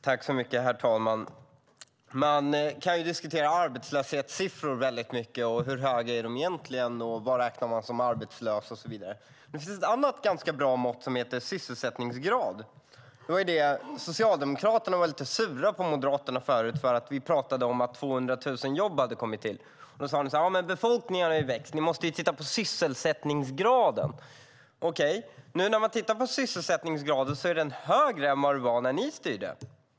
Herr talman! Man kan diskutera arbetslöshetssiffror väldigt mycket, hur höga de egentligen är, vem som räknas som arbetslös och så vidare. Det finns ett annat ganska bra mått som heter sysselsättningsgrad. Socialdemokraterna var lite sura på oss i Moderaterna förut när vi pratade om att 200 000 jobb hade kommit till. Ni sade så här: Men befolkningen har ökat, och ni måste titta på sysselsättningsgraden! Okej. När vi nu har tittat på sysselsättningsgraden vet vi att den är högre än vad den var när ni styrde.